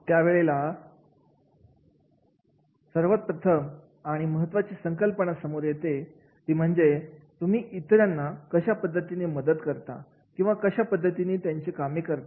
ज्या वेळेला आपण इतर कामगारांशी असलेल्या ना त्याबद्दल बोलतो त्यावेळेला सर्वात प्रथम आणि महत्त्वाची संकल्पना समोर येते ही म्हणजे तुम्ही इतरांना कशा पद्धतीने मदत करता किंवा कशा पद्धतीने त्यांची कामे करता